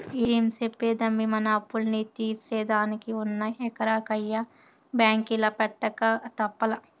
ఏం చెప్పేదమ్మీ, మన అప్పుల్ని తీర్సేదానికి ఉన్న ఎకరా కయ్య బాంకీల పెట్టక తప్పలా